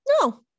No